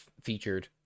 featured